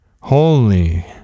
Holy